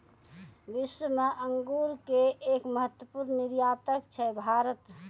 विश्व मॅ अंगूर के एक महत्वपूर्ण निर्यातक छै भारत